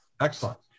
Excellent